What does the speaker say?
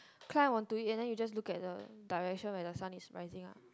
climb onto it and then you just look at the direction where the sun is rising ah